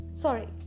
Sorry